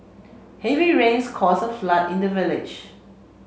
heavy rains caused a flood in the village